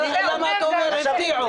למה אתה אומר הפתיעו?